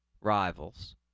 rivals